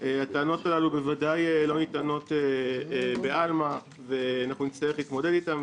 הטענות הללו בוודאי לא ניתנות בעלמא ונצטרך להתמודד איתן,